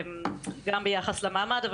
גם ביחס למעמד,